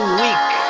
weak